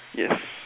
yes